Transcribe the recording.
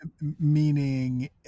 meaning